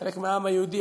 חלק מהעם היהודי,